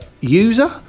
user